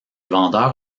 vendeurs